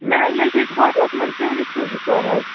مےٚ حظ ٲسۍ ییٚتہِ ہوٹٕلَس منٛز ٹیٛوٗرِسٹہٕ زٕ ژور حظ